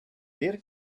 dir